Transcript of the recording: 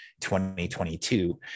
2022